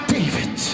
David